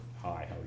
Hi